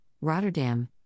Rotterdam